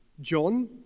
John